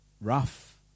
rough